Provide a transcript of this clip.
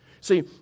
See